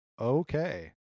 okay